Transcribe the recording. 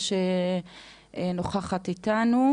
נוכחת איתנו